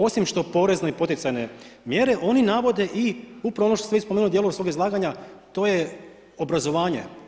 Osim što porezno poticajne mjere, oni navode i upravo ono što ste vi spomenuli u dijelu svoga izlaganja, to je obrazovanje.